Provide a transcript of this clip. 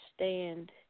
understand